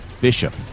Bishop